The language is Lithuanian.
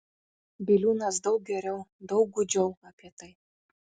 biliūnas daug geriau daug gūdžiau apie tai